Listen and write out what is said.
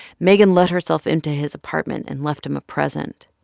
megan let herself into his apartment and left him a present.